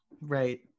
right